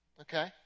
Okay